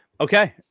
okay